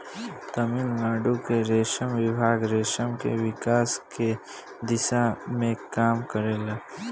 तमिलनाडु के रेशम विभाग रेशम के विकास के दिशा में काम करेला